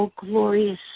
glorious